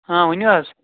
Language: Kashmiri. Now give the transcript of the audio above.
ہاں ؤنِو حظ